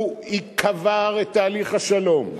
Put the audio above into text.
הוא קבר את תהליך השלום.